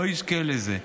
לא יזכה לזה,